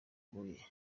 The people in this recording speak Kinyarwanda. huye